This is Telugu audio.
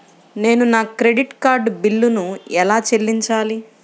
నేను నా క్రెడిట్ కార్డ్ బిల్లును ఎలా చెల్లించాలీ?